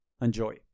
Enjoy